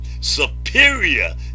superior